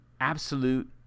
absolute